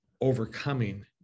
overcoming